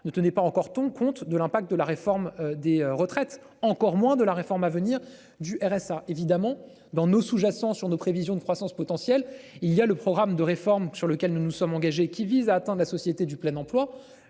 ne tenait pas encore ton compte de l'impact de la réforme des retraites, encore moins de la réforme à venir du RSA évidemment dans nos sous-jacent sur nos prévisions de croissance potentielle. Il y a le programme de réformes, sur lequel nous nous sommes engagés qui vise à atteint de la société du plein emploi.